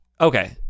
Okay